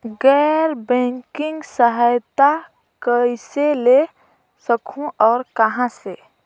गैर बैंकिंग सहायता कइसे ले सकहुं और कहाँ से?